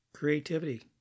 Creativity